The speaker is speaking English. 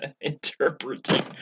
interpreting